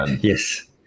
Yes